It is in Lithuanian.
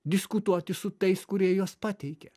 diskutuoti su tais kurie juos pateikė